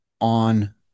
on